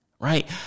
right